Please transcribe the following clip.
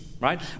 right